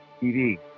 TV